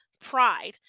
pride